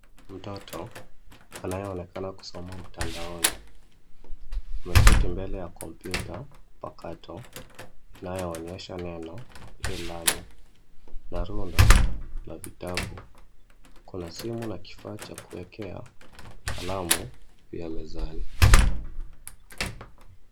Mtoto anayeonekana kusoma mtandaoni. Ameketi mbele ya kompyuta mpakato, inayoonyesha neno Elearning na rundo la vitabu. Kuna simu na kifaa cha kuwekea kalamu pia mezani.